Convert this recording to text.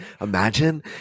imagine